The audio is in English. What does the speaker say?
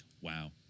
wow